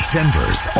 Denver's